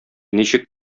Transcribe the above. ничек